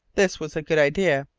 this was a good idea,